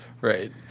Right